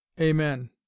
amen